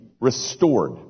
restored